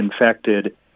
infected